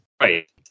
right